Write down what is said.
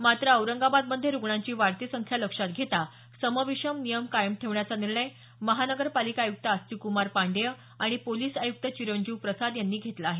मात्र औरंगाबादमध्ये रुग्णांची वाढती संख्या लक्षात घेता सम विषम नियम कायम ठेवण्याचा निर्णय महानगरपालिका आयुक्त आस्तिकक्मार पांडेय आणि पोलिस आयुक्त चिरंजीव प्रसाद यांनी घेतला आहे